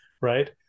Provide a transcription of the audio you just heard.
Right